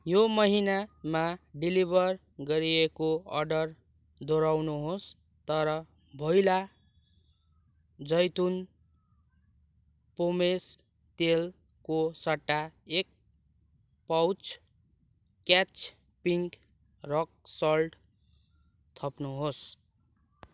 यो महिनामा डेलिभर गरिएको अर्डर दोहोऱ्याउनुहोस् तर भोइला जैतुन पोमेस तेलको सट्टा एक पाउच क्याच पिङ्क रक सल्ट थप्नुहोस्